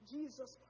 Jesus